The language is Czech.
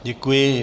Děkuji.